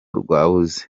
rwabuze